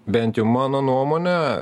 bent jau mano nuomone